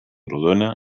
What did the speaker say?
rodona